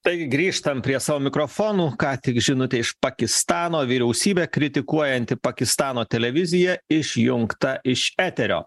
taigi grįžtam prie savo mikrofonų ką tik žinutė iš pakistano vyriausybę kritikuojanti pakistano televizija išjungta iš eterio